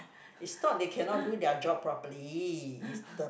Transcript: it's not they cannot do their job properly it's the